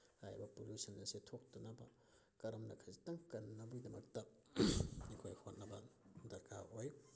ꯍꯥꯏꯔꯤꯕ ꯄꯣꯂꯨꯁꯟ ꯑꯁꯦ ꯊꯣꯛꯇꯅꯕ ꯀꯔꯝꯅ ꯈꯖꯤꯛꯇꯪ ꯀꯟꯅꯕꯒꯤꯗꯃꯛꯇ ꯑꯩꯈꯣꯏ ꯍꯣꯠꯅꯕ ꯗꯔꯀꯥꯔ ꯑꯣꯏ